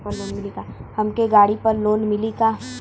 हमके गाड़ी पर लोन मिली का?